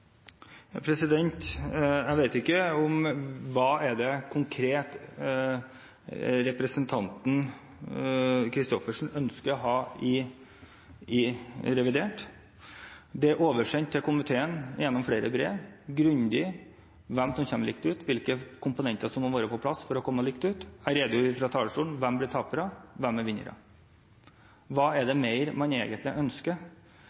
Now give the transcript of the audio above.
Jeg vet ikke hva konkret det er representanten Christoffersen ønsker å ha i revidert. Det er oversendt til komiteen gjennom flere brev, grundig, hvem som kommer likt ut, hvilke komponenter som må være på plass for å komme likt ut. Jeg redegjorde fra talerstolen for hvem som blir tapere, hvem som blir vinnere. Hva mer er det man egentlig ønsker?